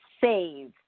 save